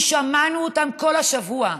כי שמענו אותם כל השבוע,